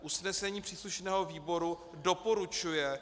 Usnesení příslušného výboru doporučuje